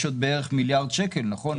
יש עוד בערך מיליארד שקל, נכון?